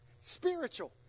Spiritual